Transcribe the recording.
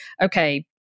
okay